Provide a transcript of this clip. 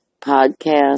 podcast